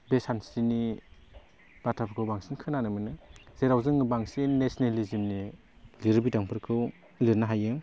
बे सानस्रिनि बाथ्राफोरखौ बांसिन खोनानो मोनो जेराव जोङो बांसिन नेसनेलिजिमनि लिरबिदांफोरखौ लिरनो हायो